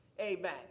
Amen